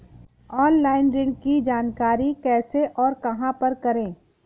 Online ऋण की जानकारी कैसे और कहां पर करें?